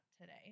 today